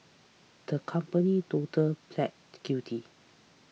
the company today pleaded guilty